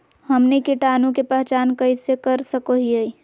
हमनी कीटाणु के पहचान कइसे कर सको हीयइ?